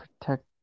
Protect